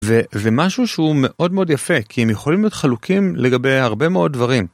וזה משהו שהוא מאוד מאוד יפה, כי הם יכולים להיות חלוקים לגבי הרבה מאוד דברים.